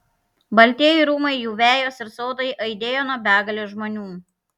baltieji rūmai jų vejos ir sodai aidėjo nuo begalės žmonių